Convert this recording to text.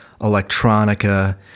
electronica